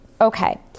Okay